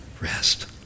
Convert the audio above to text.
Rest